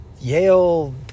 Yale